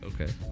Okay